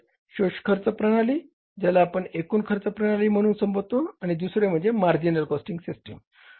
एक म्हणजे शोष खर्च प्रणाली ज्याला आपण एकूण खर्च प्रणाली म्हणून संबोधता आणि दुसरे म्हणजे मार्जिनल कॉस्टिंग सिस्टम